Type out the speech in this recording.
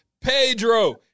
Pedro